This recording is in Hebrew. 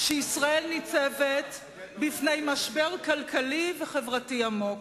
שישראל בפני משבר כלכלי וחברתי עמוק.